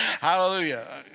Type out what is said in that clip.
Hallelujah